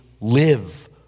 live